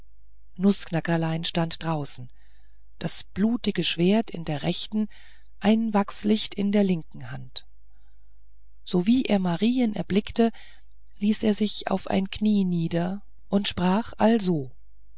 nußknackerlein stand draußen das blutige schwert in der rechten ein wachslichtchen in der linken hand sowie er marien erblickte ließ er sich auf ein knie nieder und sprach also